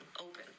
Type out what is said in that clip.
open